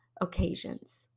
occasions